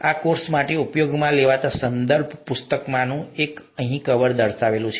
આ કોર્સ માટે ઉપયોગમાં લેવાતા સંદર્ભ પુસ્તકોમાંથી એકનું કવર દર્શાવેલું છે